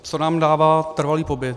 Co nám dává trvalý pobyt.